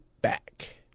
back